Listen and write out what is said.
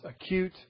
acute